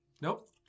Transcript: Nope